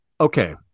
okay